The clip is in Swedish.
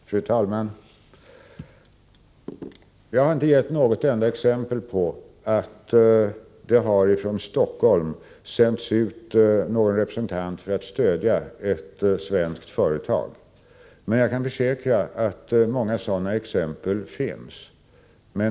Nr 29 Fru talman! Jag har inte gett något exempel på att det från Stockholm har Fredagen den sänts ut någon representant för att stödja ett svenskt företag, men jag kan 16 november 1984 försäkra att många sådana exempel finns.